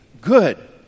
good